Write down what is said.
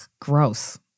gross